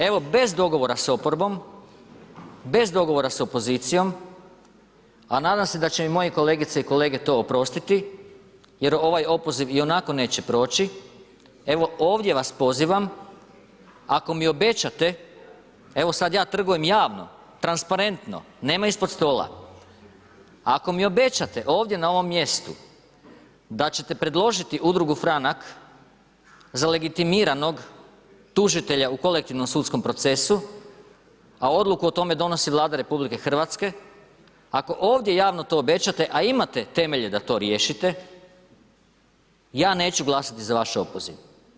Evo bez dogovora sa oporbom, bez dogovora sa opozicijom a nadam se da će mi moje kolegice i kolege to oprostiti jer ovaj opoziv ionako neće proći, evo ovdje vas pozivam ako mi obećate, evo sada ja trgujem javno, transparentno, nema ispod stola, ako mi obećate ovdje na ovom mjestu da ćete predložiti Udrugu Franak za legitimiranog tužitelja u kolektivnom sudskom procesu a odluku o tome donosi Vlada RH, ako ovdje javno to obećate a imate temelje da to riješite ja neću glasati za vaš opoziv.